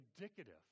indicative